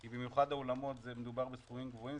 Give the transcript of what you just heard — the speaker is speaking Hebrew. כי במיוחד באולמות מדובר בסכומים גבוהים.